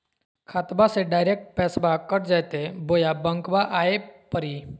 खाताबा से डायरेक्ट पैसबा कट जयते बोया बंकबा आए परी?